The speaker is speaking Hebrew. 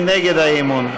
מי נגד האי-אמון?